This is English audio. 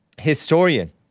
historian